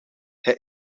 hij